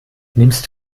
nimmst